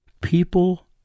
People